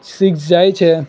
six જાય છે